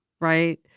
right